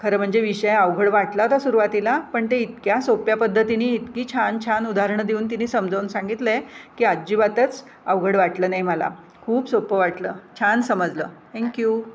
खरं म्हणजे विषय अवघड वाटला तो सुरवातीला पण ते इतक्या सोप्या पद्धतीने इतकी छान छान उदाहरणं देऊन तिनी समजावून सांगितलं आहे की अजिबातच अवघड वाटलं नाही मला खूप सोपं वाटलं छान समजलं थँक्यू